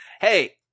Hey